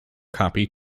copy